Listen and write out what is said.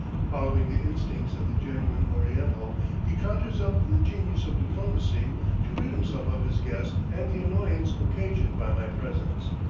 following the instincts of the genuine oriental, he conjures up the genius of diplomacy to rid himself of his guest and the annoyance occasioned by my presence.